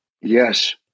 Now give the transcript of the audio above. Yes